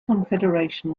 confederation